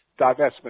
divestment